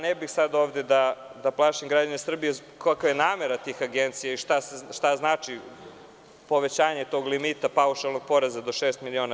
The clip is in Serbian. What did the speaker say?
Ne bih sada da plašim građane Srbije, kakva je namera tih agencija i šta znači povećanje tog limita paušalnog poreza do šest miliona.